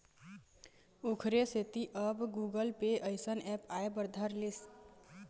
ओखरे सेती अब गुगल पे अइसन ऐप आय बर धर लिस